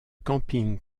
camping